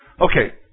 Okay